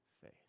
faith